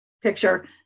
picture